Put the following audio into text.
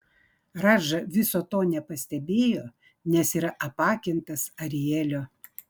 radža viso to nepastebėjo nes yra apakintas arielio